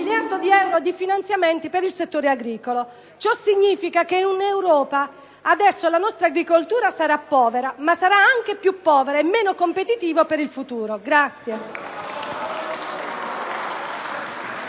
di euro di finanziamenti per il settore agricolo. Ciò significa che in Europa adesso la nostra agricoltura è povera, ma sarà ancora più povera e meno competitiva nel futuro. Per